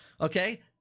okay